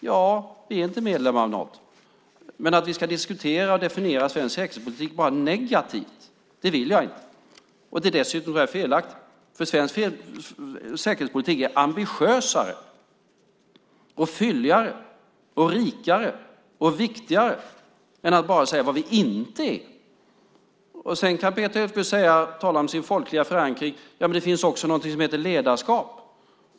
Sverige är inte medlem av Nato, men jag vill inte att vi ska diskutera och definiera svensk säkerhetspolitik enbart negativt. Det är dessutom felaktigt. Svensk säkerhetspolitik är ambitiösare, fylligare, rikare och viktigare än att bara säga vad vi inte är. Peter Hultqvist kan tala om sin folkliga förankring, men det finns också något som heter ledarskap.